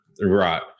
Right